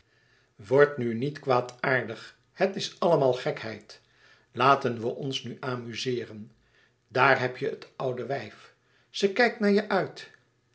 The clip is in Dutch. word nu niet kwaadaardig het is allemaal gekheid laten we ons nu amuzeeren daar heb je het oude wijf ze kijkt naar je uit